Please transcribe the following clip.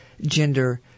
gender